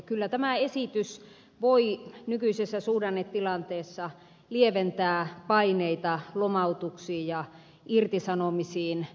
kyllä tämä esitys voi nykyisessä suhdannetilanteessa lieventää paineita lomautuksiin ja irtisanomisiin